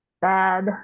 bad